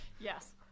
Yes